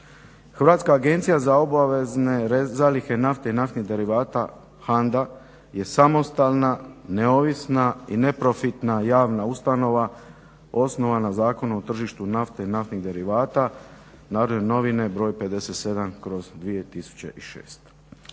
Hrvatska agencija za obavezne zalihe nafte i naftnih derivata HANDA je samostalna, neovisna i neprofitna javna ustanova osnovana Zakonom o tržištu nafte i naftnih derivata, Narodne novine br. 57/2006.